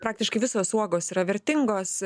praktiškai visos uogos yra vertingos